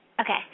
Okay